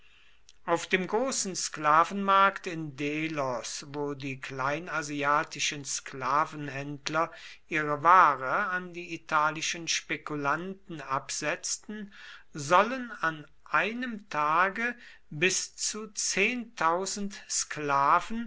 auf dem großen sklavenmarkt in delos wo die kleinasiatischen sklavenhändler ihre ware an die italischen spekulanten absetzten sollen an einem tage bis zu sklaven